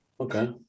Okay